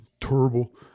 Terrible